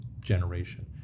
Generation